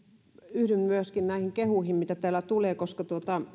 yhdyn myöskin näihin kehuihin joita täällä tulee koska